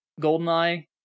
GoldenEye